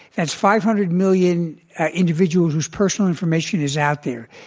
that's five hundred million individuals whose personal information is out there.